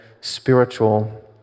spiritual